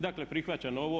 Dakle, prihvaćam ovo.